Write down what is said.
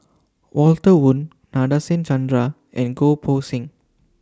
Walter Woon Nadasen Chandra and Goh Poh Seng